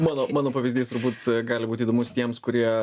mano mano pavyzdys turbūt gali būti įdomus tiems kurie